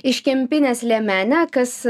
iš kempinės liemenę kas